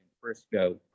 Frisco